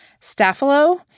Staphylo